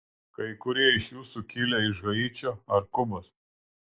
kai kurie iš jūsų kilę iš haičio ar kubos